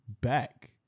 back